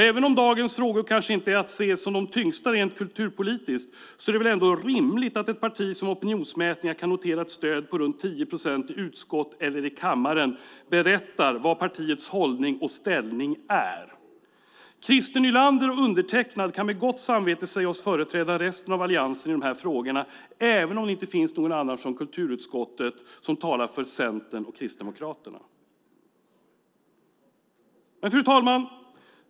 Även om dagens frågor kanske inte är att se som de tyngsta rent kulturpolitiskt är det ändå rimligt att ett parti som i opinionsmätningar kan notera ett stöd på runt 10 procent i utskott eller i kammaren berättar vad partiets hållning och ställning är. Christer Nylander och jag kan med gott samvete säga oss företräda resten av Alliansen i dessa frågor även om det inte finns några från kulturutskottet som talar för Centern och Kristdemokraterna. Fru talman!